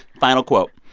final quote.